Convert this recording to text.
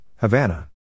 Havana